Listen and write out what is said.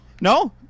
no